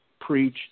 Preach